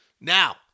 Now